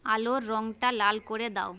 আলোর রঙটা লাল করে দাও